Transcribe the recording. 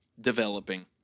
developing